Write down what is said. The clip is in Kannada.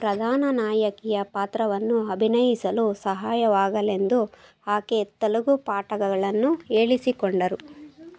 ಪ್ರಧಾನ ನಾಯಕಿಯ ಪಾತ್ರವನ್ನು ಅಭಿನಯಿಸಲು ಸಹಾಯವಾಗಲೆಂದು ಆಕೆ ತೆಲುಗು ಪಾಠಗಳನ್ನು ಹೇಳಿಸಿಕೊಂಡರು